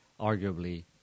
arguably